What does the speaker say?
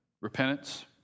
repentance